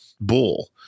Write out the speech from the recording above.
bull